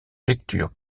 lecture